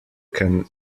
can